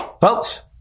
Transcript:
Folks